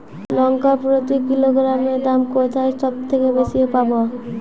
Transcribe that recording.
লঙ্কা প্রতি কিলোগ্রামে দাম কোথায় সব থেকে বেশি পাব?